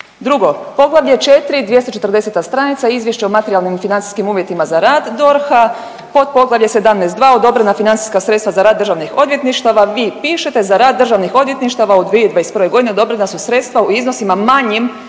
Drugo, Poglavlje 4. 240 stranica izvješće o materijalnim i financijskim uvjetima za DORH-a, pod Poglavlje 17.2 odobrena financijska sredstva za rad državnih odvjetništava, vi pišete za rad državnih odvjetništava u 2021. godini odobrena su sredstva u iznosima manjim